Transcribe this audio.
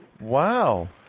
Wow